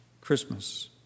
christmas